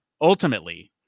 ultimately